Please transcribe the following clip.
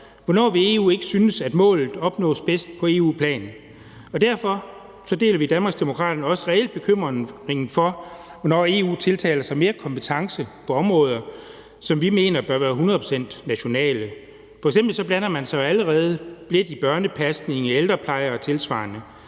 Hvornår vil EU ikke synes at målet opnås bedst på EU-plan? Derfor deler vi i Danmarksdemokraterne også reel bekymringen for, hvornår EU tiltager sig mere kompetence på områder, som vi mener bør være 100 pct. nationale. F.eks. blander man sig allerede lidt i børnepasning, i ældrepleje og tilsvarende.